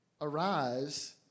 Arise